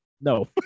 no